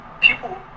people